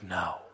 now